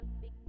big